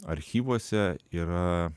archyvuose yra